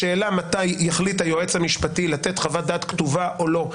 השאלה מתי יחליט היועץ המשפטי לתת חוות-דעת כתובה או לא,